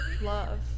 love